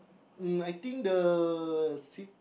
um I think the seat